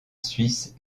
suisse